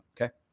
Okay